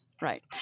Right